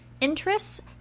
interests